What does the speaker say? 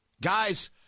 Guys